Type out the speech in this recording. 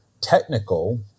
technical